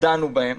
דנו בהן